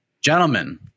gentlemen